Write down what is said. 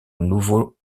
nouveau